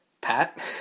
Pat